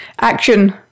action